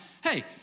hey